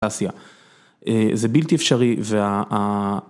אסיה, זה בלתי אפשרי ו...